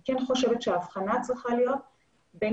אני כן חושבת שההבחנה צריכה להיות בין